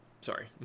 Sorry